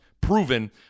Proven